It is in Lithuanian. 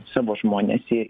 savo žmones į